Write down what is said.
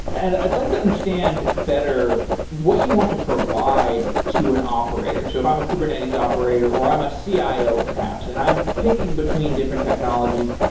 and i'd like to understand better what you want to provide to an operator. so if i'm a kubernetes operator, or i'm a cio ah perhaps and i'm picking between different technologies,